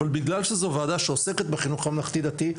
אבל בגלל שזו ועדה שעוסקת בחינוך הממלכתי דתי,